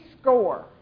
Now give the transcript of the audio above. score